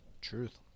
Truth